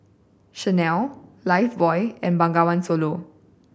Chanel Lifebuoy and Bengawan Solo